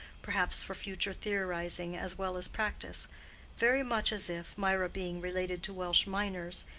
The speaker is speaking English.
perhaps for future theorizing as well as practice very much as if, mirah being related to welsh miners,